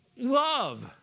love